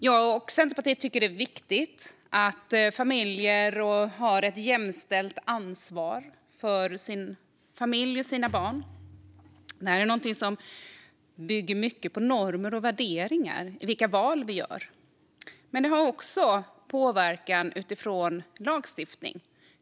Jag och Centerpartiet tycker att det är viktigt att familjer tar ett jämställt ansvar för familjen och barnen. Det bygger mycket på normer och värderingar vilka val vi gör. Men hur vi ser på familjer påverkas också av lagstiftning.